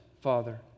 Father